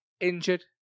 injured